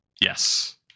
Yes